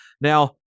Now